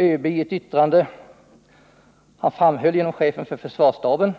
ÖB framhöll genom chefen för försvarsstaberna